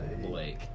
Blake